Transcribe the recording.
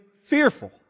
fearful